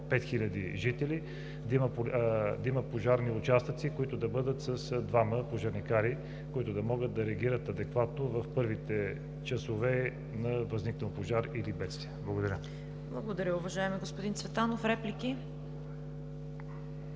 5000 жители, да има пожарни участъци, които да бъдат с двама пожарникари, които да могат да реагират адекватно в първите часове на възникнал пожар или бедствие. Благодаря. ПРЕДСЕДАТЕЛ ЦВЕТА КАРАЯНЧЕВА: Благодаря, уважаеми господин Цветанов. Реплики?